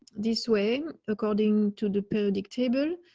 this way, according to the periodic table,